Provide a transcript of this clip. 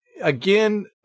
again